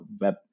web